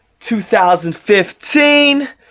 2015